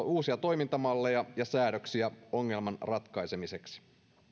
uusia toimintamalleja ja säädöksiä ongelman ratkaisemiseksi